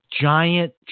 giant